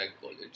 college